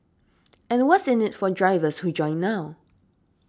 and what's in it for drivers who join now